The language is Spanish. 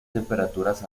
temperaturas